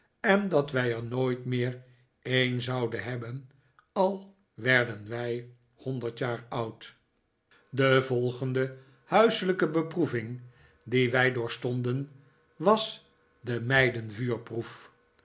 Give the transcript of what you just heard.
en dat wij er nooit meer een zouden hebben al werden wij honderd jaar oud de volgende huiselijke beproeving die david copperfield wij doorstonden was de